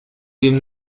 dem